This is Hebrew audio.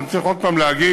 אני צריך עוד הפעם להגיד: